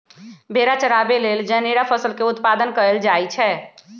भेड़ा चराबे लेल जनेरा फसल के उत्पादन कएल जाए छै